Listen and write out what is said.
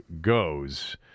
goes